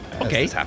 Okay